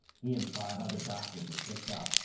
he and five other doctors were picked up,